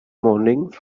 morning